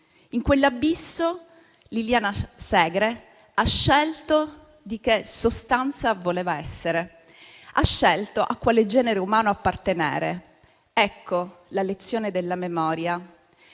In quell'abisso, Liliana Segre ha scelto di che sostanza voleva essere. Ha scelto a quale genere umano appartenere. Ecco la lezione della memoria: